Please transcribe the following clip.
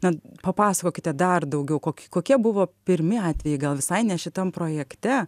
na papasakokite dar daugiau kok kokie buvo pirmi atvejai gal visai ne šitam projekte